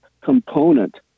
component